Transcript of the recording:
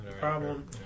problem